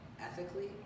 ethically